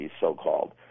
so-called